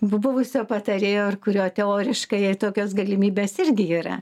b buvusio patarėjo ir kurio teoriškai tokios galimybės irgi yra